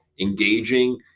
engaging